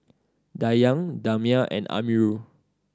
Dayang Damia and Amirul